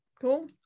cool